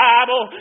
Bible